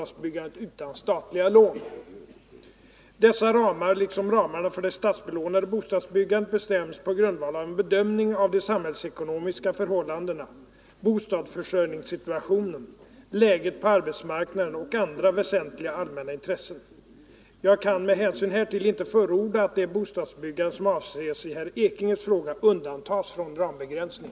Dessa ramar liksom ramarna för det statsbelånade bostadsbyggandet bestäms på grundval av en bedömning av de samhällsekonomiska förhållandena, bostadsförsörjningssituationen, läget på arbetsmarknaden och andra väsentliga allmänna intressen. Jag kan med hänsyn härtill inte förorda att det bostadsbyggande som avses i herr Ekinges fråga undantas från rambegränsning.